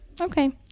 Okay